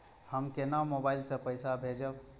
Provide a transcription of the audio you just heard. हम केना मोबाइल से पैसा भेजब?